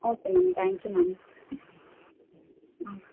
okay ma'am thank you ma'am ah